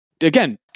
again